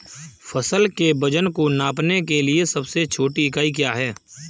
फसल के वजन को नापने के लिए सबसे छोटी इकाई क्या है?